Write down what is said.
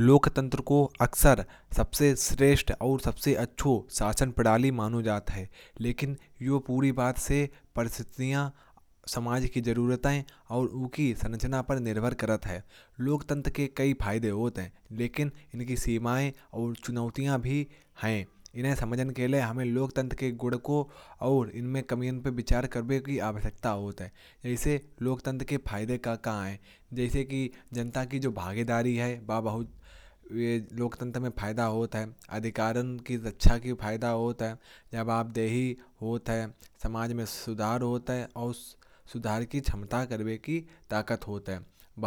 लोकतंत्र को अक्सर सबसे श्रेष्ठ और सबसे अच्छा शासन प्रणाली माना जाता है। लेकिन यह पूरी तरह से सफल तभी होता है। जब समाज की जरूरत और उनकी संरचना पर निर्भर करता है। लोकतंत्र के कई फायदे होते हैं लेकिन इनकी सीमाएं और चुनौतियां भी हैं। इन्हें समझने के लिए हमें लोकतंत्र के गुण और इनमें कमी पर विचार करने की आवश्यकता होती है। लोकतंत्र के फायदे हैं जैसे की जनता की भागीदारी। लोकतंत्र में जनता की भागीदारी काफी होती है जो इसकी ताकत है। अधिकारों की रक्षा लोकतंत्र में अधिकारों की सुरक्षा होती है। जो व्यक्ति के अधिकार को प्राथमिकता देता है जवाबदेही। ये प्रशासन